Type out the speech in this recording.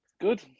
good